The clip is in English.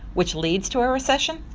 which leads to a recession?